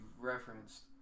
referenced